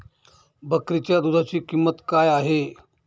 बकरीच्या दूधाची किंमत काय आहे?